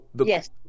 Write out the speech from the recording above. yes